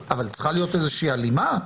אבל צריכה להיות איזושהי הלימה.